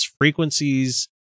frequencies